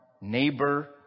neighbor